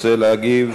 רוצה להגיב?